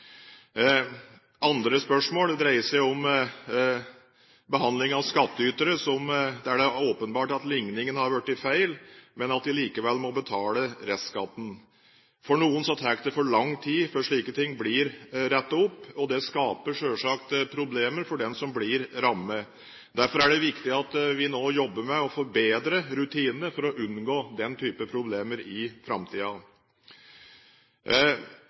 Andre spørsmål dreier seg om behandling av skattytere der det er åpenbart at ligningen har blitt feil, men der de likevel må betale restskatten. For noen tar det for lang tid før slike ting blir rettet opp, og det skaper selvsagt problemer for den som blir rammet. Derfor er det viktig at vi nå jobber med å forbedre rutinene for å unngå den typen problemer i